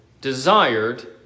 desired